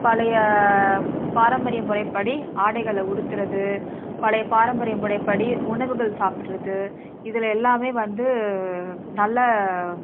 பழைய பாரம்பரிய முறைப்படி ஆடைகளை உடுத்துறது பலைய பாரம்பரிய முறைப்படி உணவுகள் சாப்பிட்றது இதில் எல்லாமே வந்த நல்ல